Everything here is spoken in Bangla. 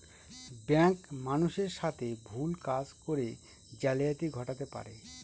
ব্যাঙ্ক মানুষের সাথে ভুল কাজ করে জালিয়াতি ঘটাতে পারে